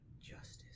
justice